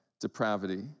depravity